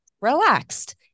relaxed